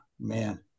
man